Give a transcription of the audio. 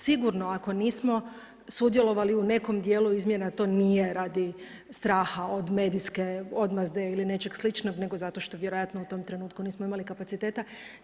Sigurno ako nismo sudjelovali u nekom dijelu izmjena to nije radi straha od medijske odmazde ili nečeg sličnog, nego zato što vjerojatno u tom trenutku nismo imali kapaciteta.